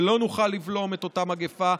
ולא נוכל לבלום את אותה מגפה.